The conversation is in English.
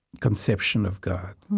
conception of god.